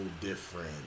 different